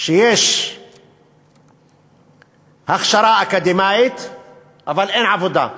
שיש הכשרה אקדמית אבל אין עבודה.